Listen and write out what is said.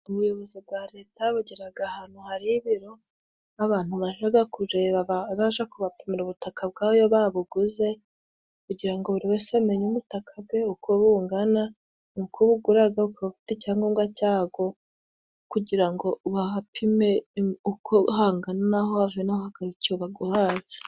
Ubuyobozi bwa leta bugira ahantu hari ibiro, nk'abantu bajya kureba, bazajye kubapimira ubutaka bwabo iyo babuguze, kugira ngo buri wese amenye ubutaka bwe uko bugura, uko bungana, uko bugura, ukaba ufite icyangombwa cyabwo, kugira ngo bahapime uko hangana, naho ikacyajyana icyangombwa cyaho baguhaye.